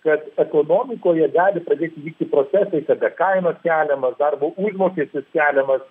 kad ekonomikoje gali pradėti vykti procesai kada kainos keliamas darbo užmokestis keliamas